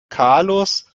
carlos